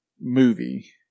movie